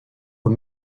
aux